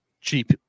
cheap